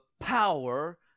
power